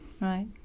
right